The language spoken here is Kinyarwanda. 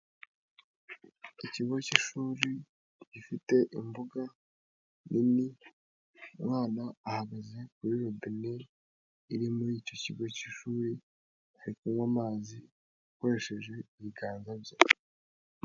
Ikigo cy'ishuri gifite imbuga nini, umwana ahagaze kuri robine iri muri icyo kigo cy'ishuri, ari kunywa amazi akoresheje ibiganza bye.